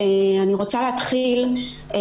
שהתוצר שלה